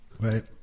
Right